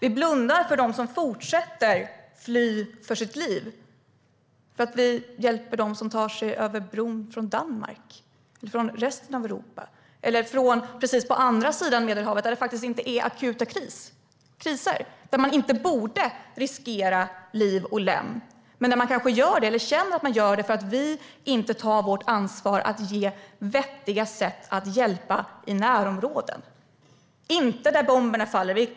Vi blundar för dem som fortsätter fly för sitt liv. I stället hjälper vi dem som tar sig över bron från Danmark och övriga Europa eller kanske dem från andra sidan Medelhavet där det faktiskt inte är akut kris. De borde inte behöva riskera liv och lem men känner kanske att de måste göra det för att vi inte tar vårt ansvar att ge vettig hjälp i närområden - inte just där bomberna faller.